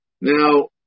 Now